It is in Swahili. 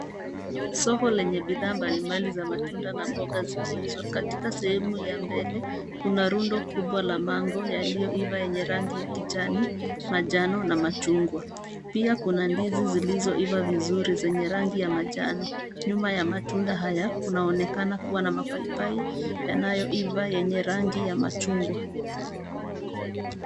Soko lenye bidhaa mbalimbali za matunda na mboga zikiuzwa katika sehemu ya mbele, kuna rundo kubwa la mango yaliyoiva yenye rangi ya kijani, manjano na machungwa. Pia kuna ndizi zilizoiva vizuri zenye rangi ya manjano. Nyuma ya matunda haya, kunaonekana kuwa na mapaipai yanayoiva yenye rangi ya machungwa.